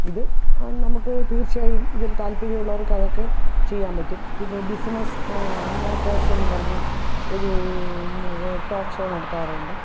ഇത് നമുക്ക് തീർച്ചയായും ഇതിൽ താത്പര്യമുള്ളവർക്ക് അതൊക്കെ ചെയ്യാൻ പറ്റും പിന്നെ ബിസിനസ്സ് മാറ്റേഴ്സ് എന്നും പറഞ്ഞ് ഒരൂ ടോക്ക് ഷോ നടത്താറുണ്ട്